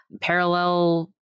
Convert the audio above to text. parallel